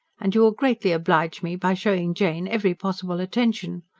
and you will greatly oblige me by showing jane every possible attention,